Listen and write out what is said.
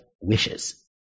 wishes